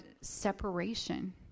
separation